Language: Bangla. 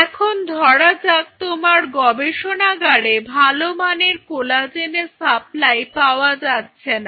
এখন ধরা যাক তোমার গবেষণাগারে ভালো মানের কোলাজেনের সাপ্লাই পাওয়া যাচ্ছে না